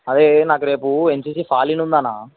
అరే నాకు రేపు ఎన్సీసీ ఫాలిన్ ఉంది అన్న